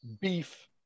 beef